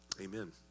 amen